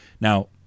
now